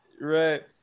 Right